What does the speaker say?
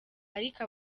ariko